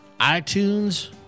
iTunes